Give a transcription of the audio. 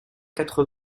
quatre